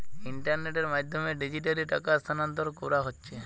ইন্টারনেটের মাধ্যমে ডিজিটালি টাকা স্থানান্তর কোরা হচ্ছে